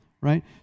right